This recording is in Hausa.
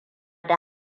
da